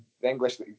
English